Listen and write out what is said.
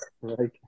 Right